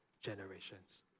generations